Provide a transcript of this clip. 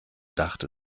dachte